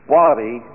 body